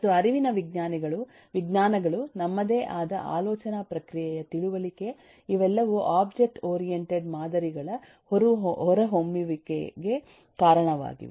ಮತ್ತು ಅರಿವಿನ ವಿಜ್ಞಾನಗಳು ನಮ್ಮದೇ ಆದ ಆಲೋಚನಾ ಪ್ರಕ್ರಿಯೆಯ ತಿಳುವಳಿಕೆ ಇವೆಲ್ಲವೂ ಒಬ್ಜೆಕ್ಟ್ ಓರಿಯೆಂಟೆಡ್ ಮಾದರಿಗಳ ಹೊರಹೊಮ್ಮುವಿಕೆಗೆ ಕಾರಣವಾಗಿವೆ